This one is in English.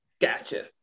Gotcha